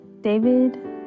David